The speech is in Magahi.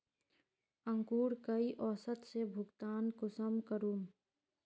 अंकूर कई औसत से भुगतान कुंसम करूम?